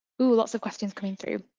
ooh, lots of questions coming through.